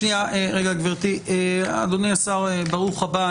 אדוני השר, ברוך הבא.